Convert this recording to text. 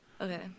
Okay